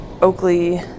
Oakley